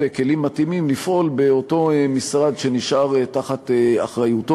כלים מתאימים לפעול באותו משרד שנשאר באחריותו,